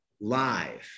live